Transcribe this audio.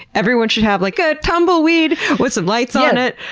everyone should have like a tumbleweed with some lights on it.